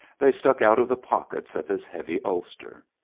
they stuck out of the pockets of his heavy ulster.